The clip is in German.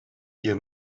ihr